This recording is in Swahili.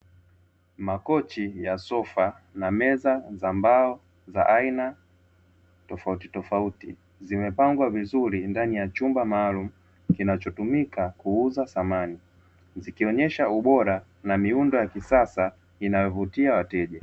Makochi ya sofa na meza za mbao za aina tofautitofauti, zimepangwa vizuri ndani ya chumba maalumu kinachotumika kuuza samani zikionyesha ubora na miundo ya kisasa inayovutia wateja.